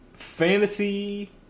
fantasy